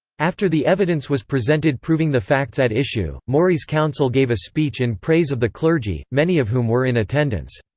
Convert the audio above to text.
after the evidence was presented proving the facts at issue, maury's counsel gave a speech in praise of the clergy, many of whom were in attendance.